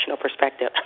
perspective